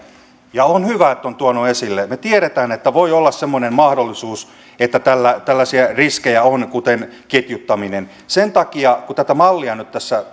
ja on hyvä että ovat tuoneet esille me tiedämme että voi olla semmoinen mahdollisuus että tällaisia riskejä on kuten ketjuttaminen sen takia kun tätä mallia nyt tässä